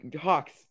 Hawks